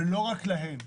ולא רק אליהן,